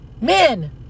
Men